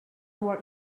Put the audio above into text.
were